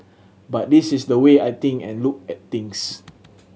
but this is the way I think and look at things